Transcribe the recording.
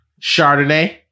Chardonnay